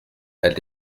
elle